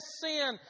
sin